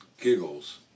giggles